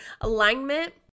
alignment